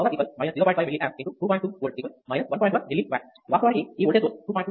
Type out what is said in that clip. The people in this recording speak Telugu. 1 milli watt వాస్తవానికి ఈ ఓల్టేజ్ సోర్స్ 2